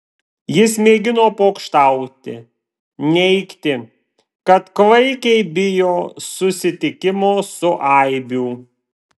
jis mėgino pokštauti neigti kad klaikiai bijo susitikimo su aibių